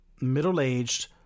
middle-aged